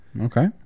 Okay